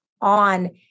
on